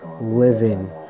Living